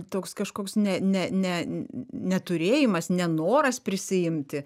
toks kažkoks ne ne ne neturėjimas nenoras prisiimti